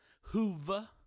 Hoover